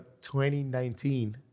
2019